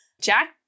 Jack